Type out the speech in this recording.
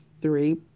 three